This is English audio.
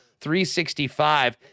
365